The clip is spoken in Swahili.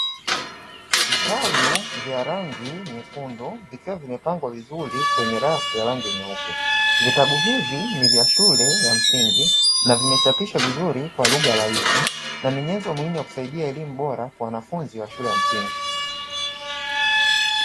Vitabu vya rangi nyekundu vikiwa vimepangwa vizuri kwenye rafu ya rangi nyeupe. Vitabu hivi ni vya shule ya msingi na limechapishwa vizuri kwa lugha rahisi. Na ni nyenzo muhimu ya kusaidia elimu bora kwa wanafuzi wa shule ya msingi.